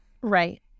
Right